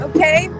Okay